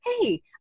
Hey